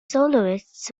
soloists